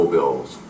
Bills